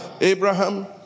abraham